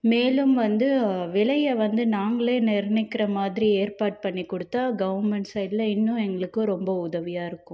மேலும் வந்து விலையை வந்து நாங்களே நிர்ணயிக்கிற மாதிரி ஏற்பாடு பண்ணி கொடுத்தா கவர்மெண்ட் சைடில் இன்னும் எங்களுக்கு ரொம்ப உதவியாக இருக்கும்